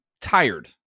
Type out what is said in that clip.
tired